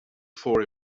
for